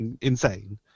insane